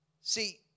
See